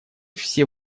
все